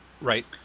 Right